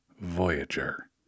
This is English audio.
Voyager